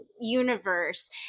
universe